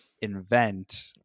invent